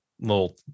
little